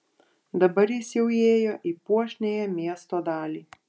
dabar jis jau įėjo į puošniąją miesto dalį